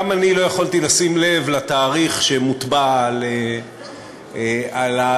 גם אני לא יכולתי שלא לשים לב לתאריך שמוטבע על ההעלאה הזאת,